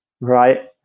right